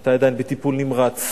היתה עדיין בטיפול נמרץ.